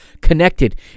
connected